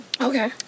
Okay